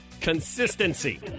Consistency